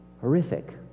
Horrific